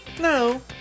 No